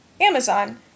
Amazon